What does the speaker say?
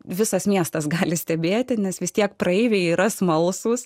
visas miestas gali stebėti nes vis tiek praeiviai yra smalsūs